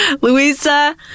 Louisa